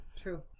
True